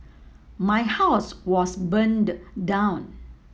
my house was burned down